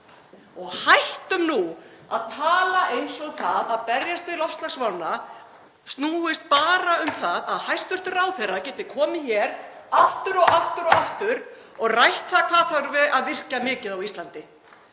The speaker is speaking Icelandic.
Hættum nú að tala eins og það að berjast við loftslagsvána snúist bara um að hæstv. ráðherra geti komið hér aftur og aftur og rætt það hvað þurfi að virkja mikið á Íslandi.